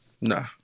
nah